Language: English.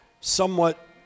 somewhat